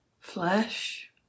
flesh